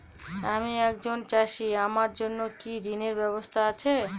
আমি একজন চাষী আমার জন্য কি ঋণের ব্যবস্থা আছে?